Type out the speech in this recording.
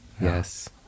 Yes